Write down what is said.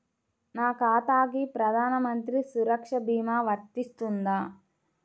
నా ఖాతాకి ప్రధాన మంత్రి సురక్ష భీమా వర్తిస్తుందా?